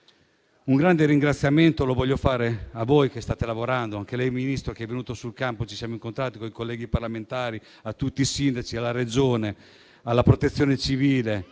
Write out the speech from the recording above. Un grande ringraziamento lo voglio fare a voi che state lavorando, anche a lei Ministro, che è venuto sul campo (ci siamo incontrati con i colleghi parlamentari), a tutti i sindaci, alla Regione, alla Protezione civile,